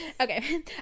Okay